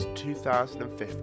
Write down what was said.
2015